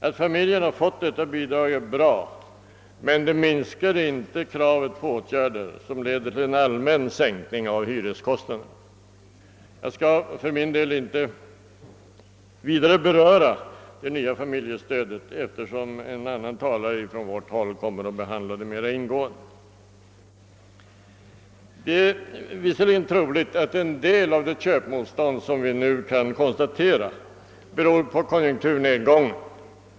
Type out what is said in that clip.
Att familjerna fått detta bidrag är bra, men det minskar inte kravet på åtgärder som leder till en allmän sänkning av hyreskostnaderna. Jag skall för min del inte vidare beröra det nya familjestödet, eftersom en annan talare från vårt håll kommer att behandla det mera ingående. Det är visserligen troligt att en del av det köpmostånd som vi nu kan konstatera beror på konjunkturnedgången.